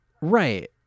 Right